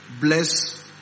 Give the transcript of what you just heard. Bless